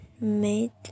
made